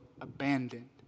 abandoned